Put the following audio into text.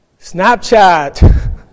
Snapchat